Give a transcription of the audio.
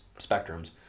spectrums